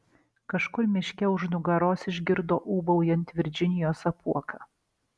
kažkur miške už nugaros išgirdo ūbaujant virdžinijos apuoką